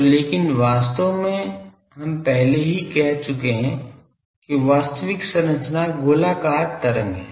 तो लेकिन वास्तव में हम पहले ही कह चुके हैं कि वास्तविक संरचना गोलाकार तरंग है